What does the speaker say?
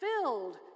filled